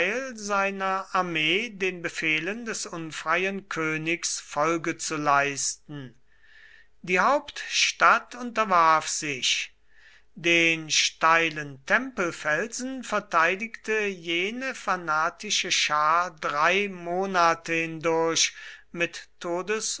seiner armee den befehlen des unfreien königs folge zu leisten die hauptstadt unterwarf sich den steilen tempelfelsen verteidigte jene fanatische schar drei monate hindurch mit